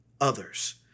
others